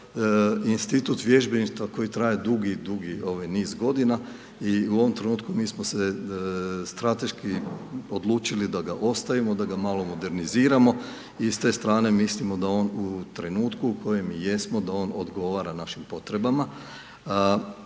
institut vježbeništva koji traje dugi, dugi niz godina. I u ovom trenutku mi smo se strateški odlučili da ga ostavimo, da ga malo moderniziramo i s te strane mislimo da on u trenutku u kojem i jesmo da on odgovara našim potrebama.